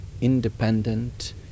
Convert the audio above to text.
independent